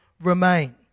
remain